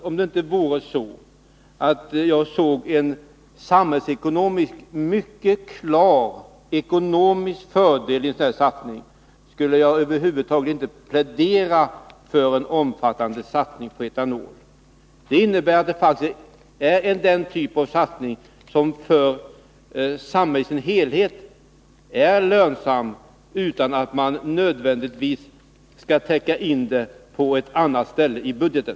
Fru talman! Låt mig bara säga att om det inte vore så att jag såg en mycket klar samhällsekonomisk fördel i en sådan här satsning, skulle jag över huvud taget inte plädera för en omfattande satsning på etanol. Detta är faktiskt en typ av satsning som är lönsam för samhället som helhet. Därför behöver man inte nödvändigtvis täcka in det på ett annat ställe i budgeten.